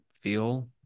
feel